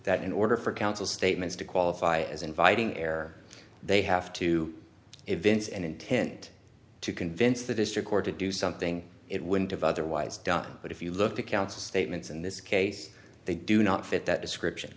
that in order for counsel statements to qualify as inviting air they have to events and intent to convince the district court to do something it wouldn't have otherwise done but if you look to counsel statements in this case they do not fit that description